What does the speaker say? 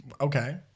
Okay